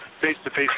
face-to-face